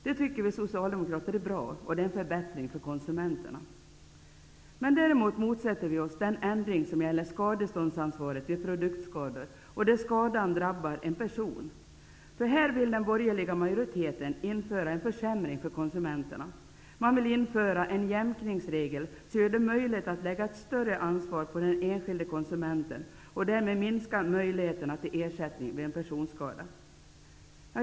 Det tycker vi socialdemokrater är bra. Det är en förbättring för konsumenterna. Däremot motsätter vi oss den ändring som gäller skadeståndsansvaret vid produktskador och där skadan drabbar en person. Här vill den borgerliga majoriteten införa en försämring för konsumenterna. Den vill införa en jämkningsregel som gör det möjligt att lägga ett större ansvar på den enskilda konsumenten. Därmed minskar möjligheterna till ersättning vid en personskada.